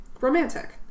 Romantic